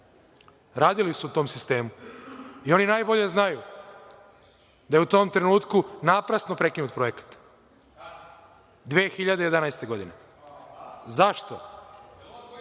Radili su u tom sistemu i oni najbolje znaju da je u tom trenutku naprasno prekinut projekat…(Dušan Petrović,